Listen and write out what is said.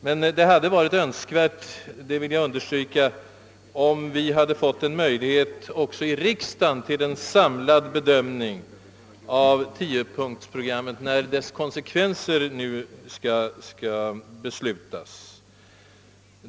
Men jag vill understryka att det hade varit önskvärt att också riksdagen hade fått en möjlighet till en samlad bedömning av tiopunktsprogrammet, när dess konsekvenser nu skall beslutas och föras ut i praktiken.